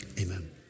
amen